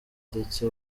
ndetse